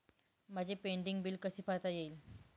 माझे pending bill कसे पाहता येईल?